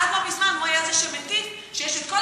עד לא מזמן הוא היה זה שמטיף שיש את כל